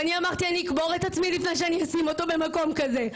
ואני אמרתי שאני אקבור את עצמי לפני שאשים אותו במקום כזה.